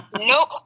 Nope